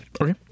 Okay